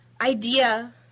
idea